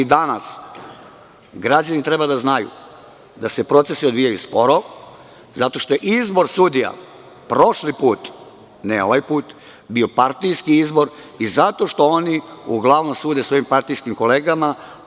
Danas građani treba da znaju da se procesi odvijaju sporo zato što je izbor sudija prošli put, ne ovaj put, bio partijski izbor i zato što oni uglavnom sude svojim partijskim kolegama.